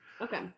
Okay